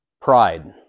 pride